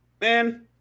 man